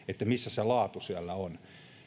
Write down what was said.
missä se laatu siellä on